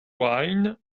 wine